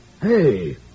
Hey